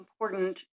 important